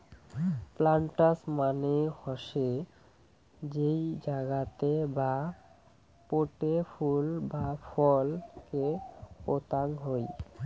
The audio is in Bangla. প্লান্টার্স মানে হসে যেই জাগাতে বা পোটে ফুল বা ফল কে পোতাং হই